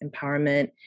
empowerment